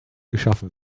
geschaffen